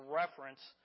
reference